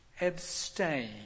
Abstain